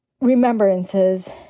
remembrances